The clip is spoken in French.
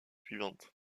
suivantes